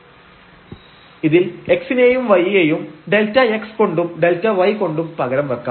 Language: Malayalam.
fxy█x52sin⁡1√xy52cos⁡1√y x≠0y≠00 elsewhere┤ Δza Δxb Δyϵ1 Δxϵ2 Δy ഇതിൽ x നെയും y യെയും Δx കൊണ്ടും Δy കൊണ്ടും പകരം വെക്കാം